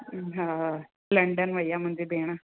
हा लंडन वेई आहे मुंहिंजी भेण